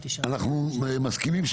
אנחנו מצביעים על זה.